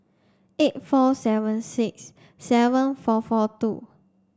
eight four seven six seven four four two